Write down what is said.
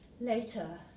Later